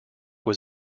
was